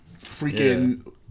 freaking